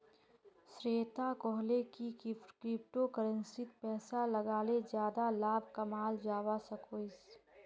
श्वेता कोहले की क्रिप्टो करेंसीत पैसा लगाले ज्यादा लाभ कमाल जवा सकोहिस